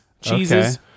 cheeses